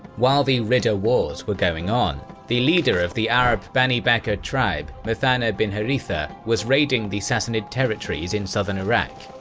while the ridda wars were going on, the leader of the arab bani bakr tribe, muthanna bin harithah, was raiding the sassanid territories in southern iraq.